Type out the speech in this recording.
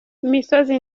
imisozi